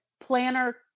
planner